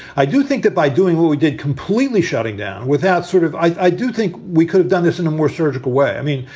i do think that by doing what we did completely shutting down without sort of i do think we could've done this in a more surgical way. i mean,